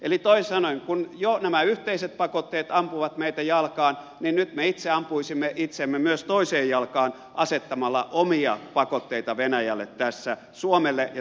eli toisin sanoen kun jo nämä yhteiset pakotteet ampuvat meitä jalkaan niin nyt me itse ampuisimme itseämme myös toiseen jalkaan asettamalla omia pakotteita venäjälle tässä suomelle ja suomalaisille tärkeässä hankkeessa